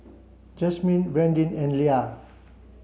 Jasmyne Brandin and Lia